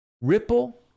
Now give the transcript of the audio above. ripple